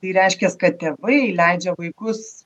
tai reiškias kad tėvai leidžia vaikus